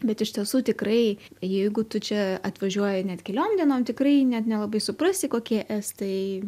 bet iš tiesų tikrai jeigu tu čia atvažiuoji net keliom dienom tikrai net nelabai suprasi kokie estai